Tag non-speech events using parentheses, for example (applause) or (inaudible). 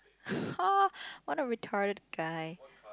(breath) !huh! what a retarded guy